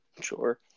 Sure